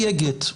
יהיה גט.